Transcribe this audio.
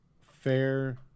Fair